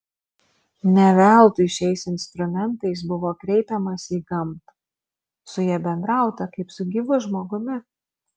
ne veltui šiais instrumentais buvo kreipiamasi į gamtą su ja bendrauta kaip su gyvu žmogumi